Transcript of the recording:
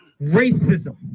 racism